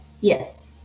yes